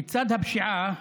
לצד הפשיעה,